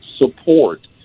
support